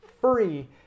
free